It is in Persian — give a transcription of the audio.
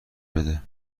بده